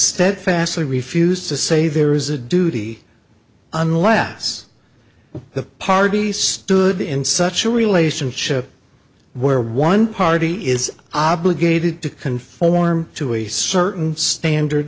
steadfastly refused to say there is a duty unless the parties stood in such a relationship where one party is obligated to conform to a certain standard